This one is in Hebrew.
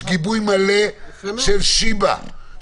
יש גיבוי מלא של שיבא,